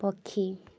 ପକ୍ଷୀ